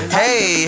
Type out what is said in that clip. hey